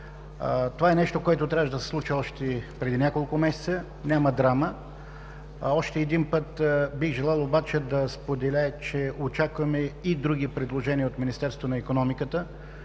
Това е нещо, което трябваше да се случи още преди няколко месеца. Няма драма. Още един път бих желал обаче да споделя, че очакваме и други предложения от Министерството на икономиката,